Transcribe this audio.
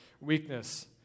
weakness